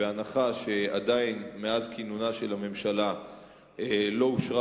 בהנחה שמאז כינונה של הממשלה לא אושרה